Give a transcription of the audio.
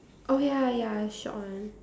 oh ya ya short one